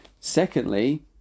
secondly